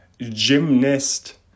Gymnast